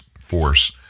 Force